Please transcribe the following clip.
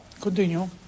Continue